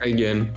Again